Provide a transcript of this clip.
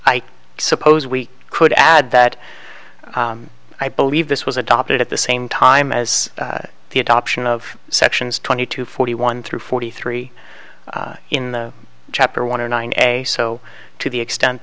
i suppose we could add that i believe this was adopted at the same time as the adoption of sections twenty two forty one through forty three in the chapter one or nine a so to the extent